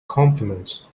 compliments